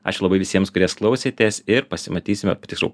ačiū labai visiems kurie klausėtės ir pasimatysime tiksliau